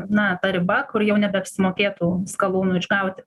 na ta riba kur jau nebeapsimokėtų skalūnų išgauti